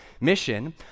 mission